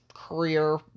career